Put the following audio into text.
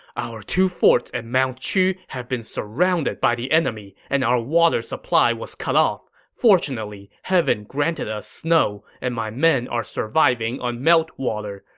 our two forts at mount qu have been surrounded by the enemy, and our water supply was cut off. fortunately, heaven granted us snow, and my men are surviving on meltwater.